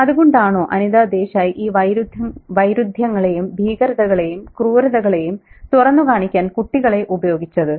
അതുകൊണ്ടാണോ അനിതാ ദേശായി ഈ വൈരുദ്ധ്യങ്ങളെയും ഭീകരതകളെയും ക്രൂരതകളെയും തുറന്നുകാണിക്കാൻ കുട്ടികളെ ഉപയോഗിച്ചത്